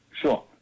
Sure